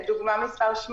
לא מצליחה להתחבר.